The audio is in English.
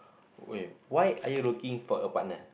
wait why are you looking for a partner